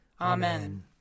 Amen